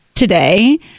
today